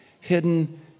hidden